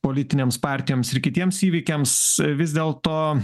politinėms partijoms ir kitiems įvykiams vis dėlto